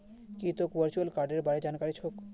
की तोक वर्चुअल कार्डेर बार जानकारी छोक